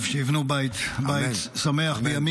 שיבנו בית שמח -- אמן, אמן, אמן.